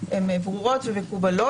שברורות ומקובלות.